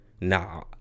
nah